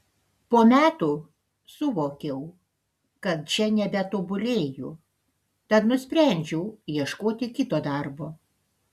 po metų suvokiau kad čia nebetobulėju tad nusprendžiau ieškoti kito darbo